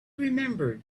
remembered